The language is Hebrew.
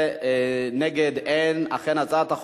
אנחנו מצביעים בקריאה שלישית.